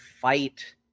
fight